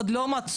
עוד לא מצאו,